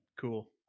cool